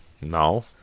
No